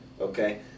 Okay